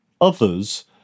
others